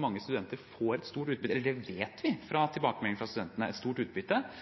mange studenter – det vet vi fra tilbakemeldinger fra studentene – får et stort